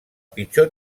pitjor